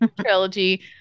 trilogy